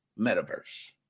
metaverse